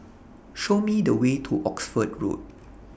Show Me The Way to Oxford Road